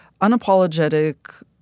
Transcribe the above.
unapologetic